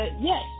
yes